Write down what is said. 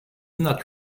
not